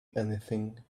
anything